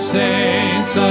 saints